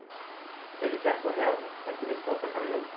thank you councillor howard and thank you ms cobb for i mean